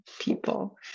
people